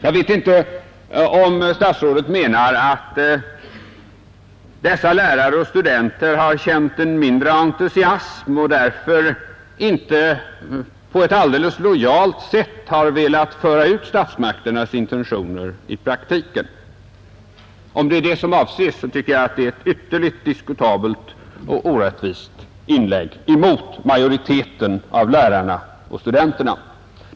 Jag vet inte om statsrådet menar att dessa lärare och studenter har känt mindre entusiasm och därför inte på ett alldeles lojalt sätt velat föra ut statsmakternas intentioner i praktiken. Om det var det som avsågs, tycker jag att det inlägget är ytterligt diskutabelt och orättvist mot majoriteten av lärarna och studenterna.